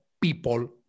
people